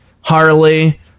Harley